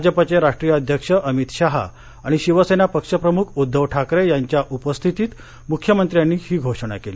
भाजपचे राष्ट्रीय अध्यक्ष अमित शहा आणि शिवसेना पक्षप्रमुख उद्दव ठाकरे यांच्या उपस्थितीत मुख्यमंत्र्यांनी ही घोषणा केली